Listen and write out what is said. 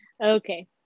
Okay